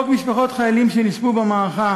1. חוק משפחות חיילים שנספו במערכה